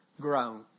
grown